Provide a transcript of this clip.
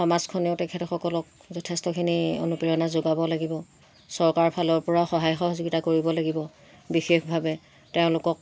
সমাজখনেও তেখেতসকলক যথেষ্টখিনি অনুপ্ৰেৰণা যোগাব লাগিব চৰকাৰৰ ফালৰ পৰা সহায় সহযোগিতা কৰিব লাগিব বিশেষভাৱে তেওঁলোকক